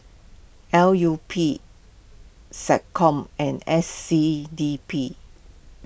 L U P SecCom and S C D P